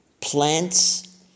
plants